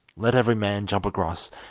let every man jump across,